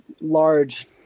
large